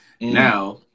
Now